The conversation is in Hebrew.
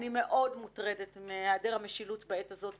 אני מאוד מוטרדת מהעדר המשילות בעת הזאת,